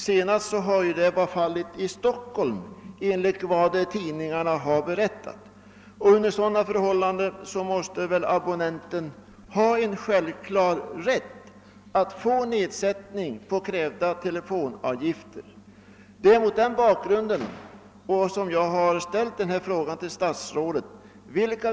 Senast har detta varit fallet i Stockholm, enligt vad tidningarna berättat. Under sådana förhållanden måste abonnenten ha en självklar rätt att få nedsättning på krävda telefonavgifter. Det är mot den bakgrunden som jag frågat statsrådet vilka.